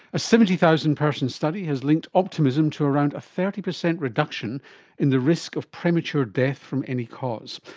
a seventy thousand person study has linked optimism to around a thirty percent reduction in the risk of premature death from any cause.